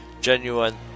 genuine